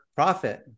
profit